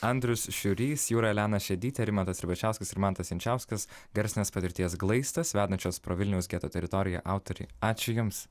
andrius šiurys jūra elena šedytė rimantas ribačiauskas ir mantas jančiauskas garsinės patirties glaistas vedančios pro vilniaus geto teritoriją autoriai ačiū jums